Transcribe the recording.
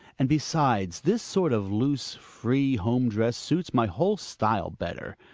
and, besides, this sort of loose, free, home-dress suits my whole style better.